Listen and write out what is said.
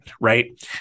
Right